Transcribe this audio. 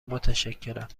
متشکرم